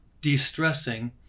de-stressing